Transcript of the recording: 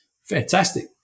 Fantastic